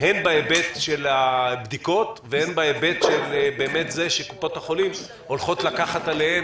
הן בהיבט של הבדיקות והן בהיבט שבאמת קופות החולים הולכות לקחת עליהן